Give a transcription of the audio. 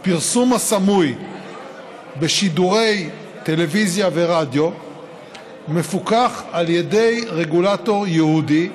הפרסום הסמוי בשידורי טלוויזיה ורדיו מפוקח על ידי רגולטור ייעודי,